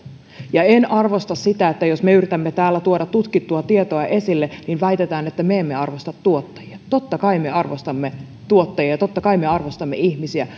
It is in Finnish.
perusteella en arvosta sitä että jos me yritämme täällä tuoda tutkittua tietoa esille niin väitetään että me emme arvosta tuottajia totta kai me arvostamme tuottajia ja totta kai me arvostamme ihmisiä